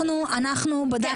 אין הקשר.